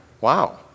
wow